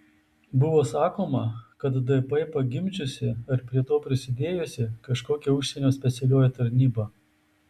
buvo sakoma kad dp pagimdžiusi ar prie to prisidėjusi kažkokia užsienio specialioji tarnyba